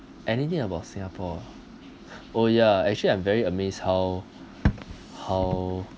anything about singapore oh yeah actually I'm very amazed how how